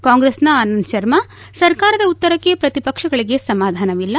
ಕಾಂಗ್ರೆಸ್ನ ಆನಂದ್ ಶರ್ಮಾ ಸರ್ಕಾರದ ಉತ್ತರಕ್ಕೆ ಪ್ರತಿಪಕ್ಷಗಳಿಗೆ ಸಮಾಧಾನವಿಲ್ಲ